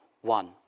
one